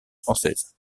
française